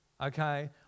okay